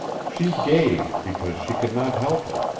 she gave because she could not help it,